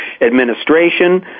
administration